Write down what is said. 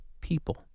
people